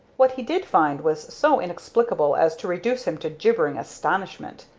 what he did find was so inexplicable as to reduce him to gibbering astonishment.